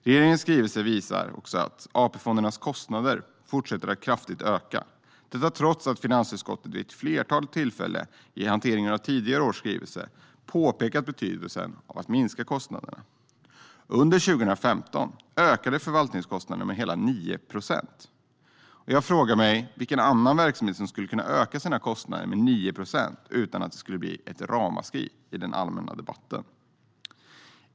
Regeringens skrivelse visar också att AP-fondernas kostnader fortsa ̈tter att kraftigt o ̈ka. Detta sker trots att finansutskottet vid ett flertal tillfa ̈llen i hanteringen av tidigare års skrivelser pa°pekat betydelsen av att minska kostnaderna. Under 2015 o ̈kade fo ̈rvaltningskostnaderna med hela 9 procent! Vilken annan verksamhet skulle kunna öka sina kostnader med 9 procent utan att det skulle bli ett ramaskri i den allmänna debatten?